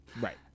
right